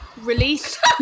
release